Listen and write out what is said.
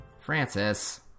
Francis